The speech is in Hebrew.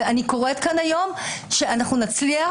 אני קוראת כאן היום שאנחנו נצליח,